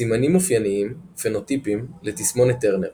סימנים אופייניים פנוטיפים לתסמונת טרנר